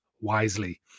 wisely